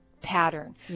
pattern